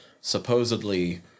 supposedly